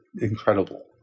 incredible